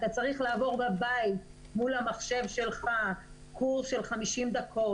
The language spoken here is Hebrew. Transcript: אתה צריך לעבור בבית מול המחשב שלך קורס של 50 דקות,